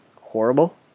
horrible